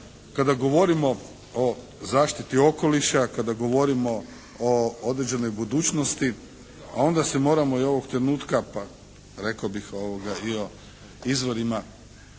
kada govorimo o zaštiti okoliša, kada govorimo o određenoj budućnosti onda se moramo i ovog trenutka pa rekao i o izvorima